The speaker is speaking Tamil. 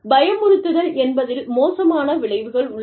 பயமுறுத்துதல் என்பதில் மோசமான விளைவுகள் உள்ளது